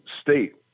state